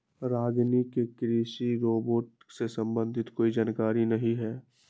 रागिनी को कृषि रोबोट से संबंधित कोई जानकारी नहीं है